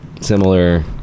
similar